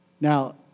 Now